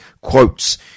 quotes